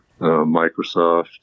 Microsoft